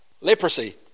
Leprosy